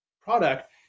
product